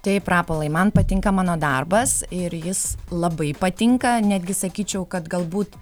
taip rapolai man patinka mano darbas ir jis labai patinka netgi sakyčiau kad galbūt